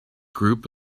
group